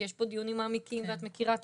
כי יש פה דיונים מעמיקים ואת מכירה את